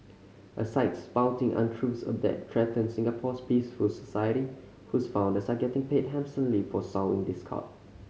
a site spouting untruths that threaten Singapore's peaceful society whose founders are getting paid handsomely for sowing discord